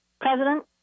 president